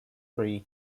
three